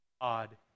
God